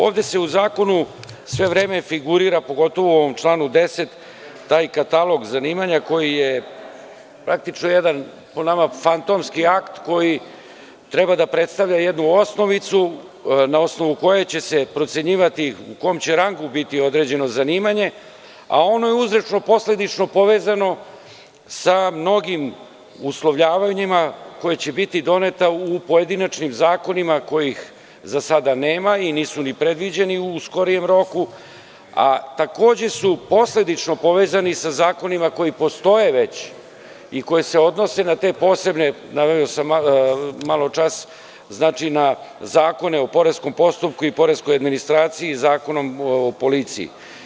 Ovde se u zakonu sve vreme figurira pogotovo u ovom članu 10. taj katalog zanimanja koji je praktično, jedan po nama fantomski akt, koji treba da predstavlja jednu osnovicu na osnovu koje će se procenjivati u kom će rangu biti određeno zanimanje, a ono je uzrečno posledično povezano sa mnogim uslovljavanjima, koja će biti doneta u pojedinačnim zakonima, kojih za sada nema, i nisu ni predviđeni u skorijem roku, a takođe su posledično povezani sa zakonima koji postoje već i koje se odnose na te posebne, naveo sam maločas, znači Zakone o poreskom postupku i poreskoj administraciji i Zakonom o policiji.